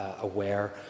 aware